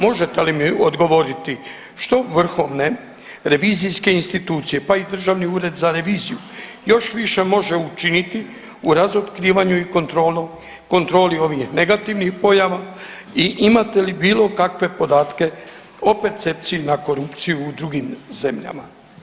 Možete li mi odgovoriti što vrhovne revizijske institucije pa i Državni ured za reviziju još više može učiniti u razotkrivanju i kontroli ovih negativnih pojava i imate li bilo kakve podatke o percepciji na korupciju u drugim zemljama?